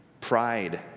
pride